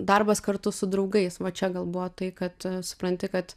darbas kartu su draugais va čia gal buvo tai kad a supranti kad